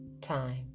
time